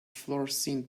florescent